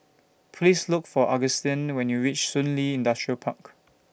Please Look For Agustin when YOU REACH Shun Li Industrial Park